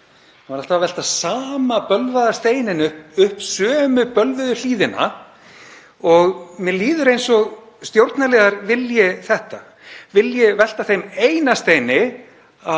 Hann var alltaf að velta sama bölvaða steininum upp sömu bölvuðu hlíðina. Mér líður eins og stjórnarliðar vilji þetta, vilji velta þeim eina steini